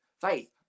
faith